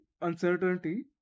uncertainty